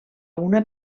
una